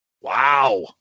Wow